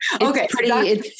Okay